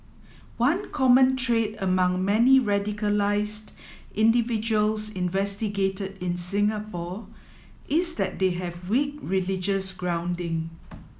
one common trait among many radicalised individuals investigated in Singapore is that they have weak religious grounding